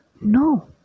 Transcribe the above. No